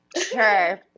Sure